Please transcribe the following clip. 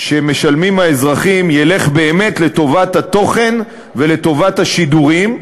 שמשלמים האזרחים ילך באמת לטובת התוכן ולטובת השידורים,